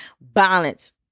balance